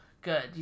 good